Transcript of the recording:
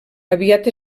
aviat